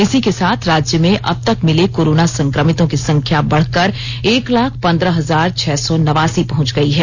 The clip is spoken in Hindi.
इसी के साथ राज्य में अब तक मिले कोरोना संक्रमितों की संख्या बढ़कर एक लाख पन्द्रह हजार छह सौ नवासी पहंच गई है